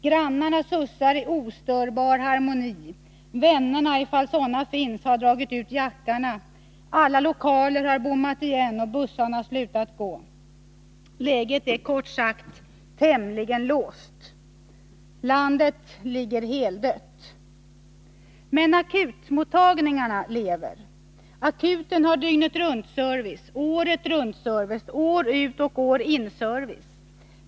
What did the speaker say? Grannarna sussar i ostörbar harmoni, vännerna, ifall sådana finns, har dragit ur jackarna, alla lokaler har bommat igen och bussarna slutat gå. Läget är kort sagt tämligen låst. Landet ligger heldött. Men aktumottagningarna lever. Akuten har dygnet-runt-service, åretrunt-service, år-ut-och-år-in-service.